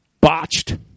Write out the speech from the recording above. botched